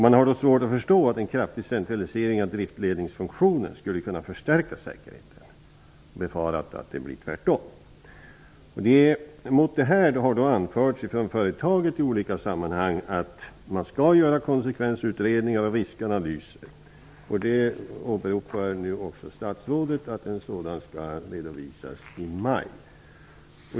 Man har svårt att förstå att en kraftig centralisering av driftledningsfunktionen skulle kunna förstärka säkerheten, utan befarar att det blir tvärtom. Mot detta har företaget i olika sammanhang anfört att det skall göras konsekvensutredningar och riskanalyser, och statsrådet åberopar nu också att en sådan riskanalys skall redovisas i maj.